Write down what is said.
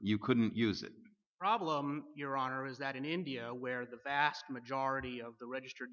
you couldn't use the problem your honor is that in india where the vast majority of registered